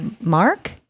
Mark